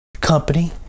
company